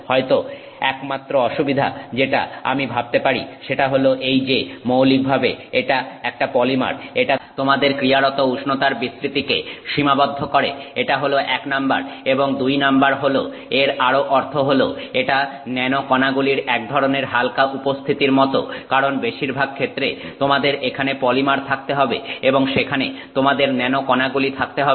হয়তো একমাত্র অসুবিধা যেটা আমি ভাবতে পারি সেটা হলো এই যে মৌলিকভাবে এটা একটা পলিমার এটা তোমাদের ক্রিয়ারত উষ্ণতার বিস্তৃতিকে সীমাবদ্ধ করে এটা হল এক নাম্বার এবং দুই নাম্বার হলো এর আরো অর্থ হলো এটা ন্যানো কণাগুলির এক ধরনের হালকা উপস্থিতির মত কারণ বেশিরভাগ ক্ষেত্রে তোমাদের এখানে পলিমার থাকতে হবে এবং সেখানে তোমাদের ন্যানো কনাগুলি থাকতে হবে